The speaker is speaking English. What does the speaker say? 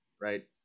right